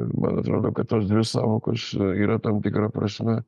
man atrodo kad tos dvi sąvokos yra tam tikra prasme